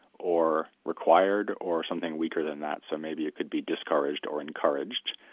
or required, or something weaker than that? so maybe it could be discouraged or encouraged,